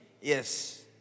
Yes